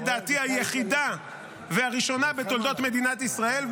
לדעתי היחידה והראשונה בתולדות מדינת ישראל,